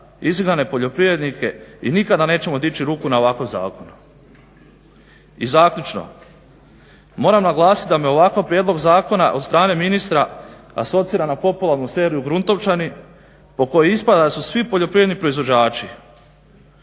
izigrane poljoprivrednike i nikada nećemo dići ruku na ovakav zakon. I zaključno, moram naglasiti da me ovakav prijedlog zakona od strane ministra asocira na popularnu seriju Gruntovčani po kojoj ispada da su svi poljoprivredni proizvođači